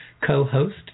co-host